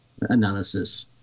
analysis